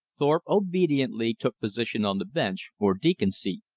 thorpe obediently took position on the bench, or deacon seat.